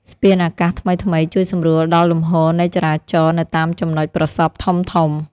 ស្ពានអាកាសថ្មីៗជួយសម្រួលដល់លំហូរនៃចរាចរណ៍នៅតាមចំណុចប្រសព្វធំៗ។